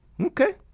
Okay